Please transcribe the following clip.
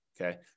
Okay